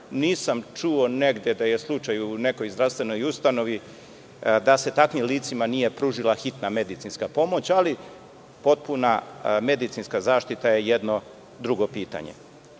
nisam čuo negde da je slučaj u nekoj zdravstvenoj ustanovi da se takvim licima nije pružila hitan medicinska pomoć ali potpuna medicinska zaštita je jedno drugo pitanje. Od